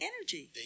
energy